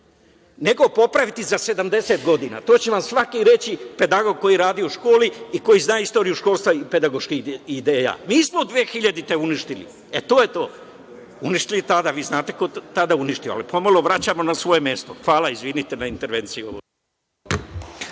nego popraviti za 70 godina. To će vam svaki pedagog reći koji je radio u školi i koji zna istoriju školstva i pedagoških ideja. Mi smo 2000. godine uništili, e to je to, uništili tada. Vi znate ko je tada uništio, ali pomalo vraćamo na svoje mesto. Hvala, izvinite na intervenciji.